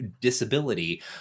disability